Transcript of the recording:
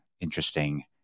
interesting